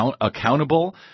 accountable